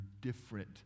different